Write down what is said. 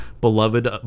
Beloved